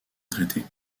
traité